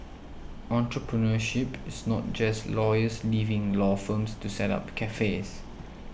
entrepreneurship is not just lawyers leaving law firms to set up cafes